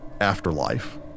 afterlife